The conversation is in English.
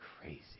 Crazy